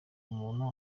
umuntu